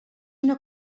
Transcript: una